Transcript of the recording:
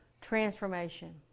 transformation